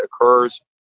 occurs